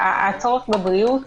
הצורך בבריאות